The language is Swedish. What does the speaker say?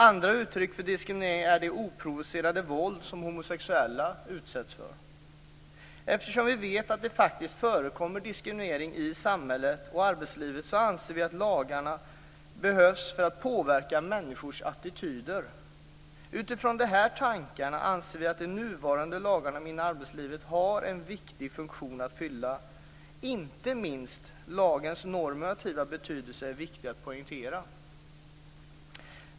Andra uttryck för diskriminering är det oprovocerade våld som homosexuella utsätts för. Eftersom vi vet att det faktiskt förekommer diskriminering i samhället och arbetslivet anser vi att lagarna behövs för att påverka människors attityder. Utifrån de här tankarna anser vi att de nuvarande lagarna inom arbetslivet har en viktig funktion att fylla. Inte minst lagens normativa betydelse är viktig att poängtera.